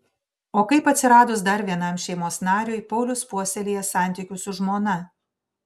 o kaip atsiradus dar vienam šeimos nariui paulius puoselėja santykius su žmona